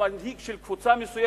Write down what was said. הוא מנהיג של קבוצה מסוימת,